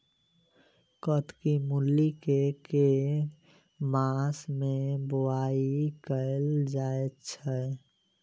कत्की मूली केँ के मास मे बोवाई कैल जाएँ छैय?